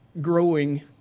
growing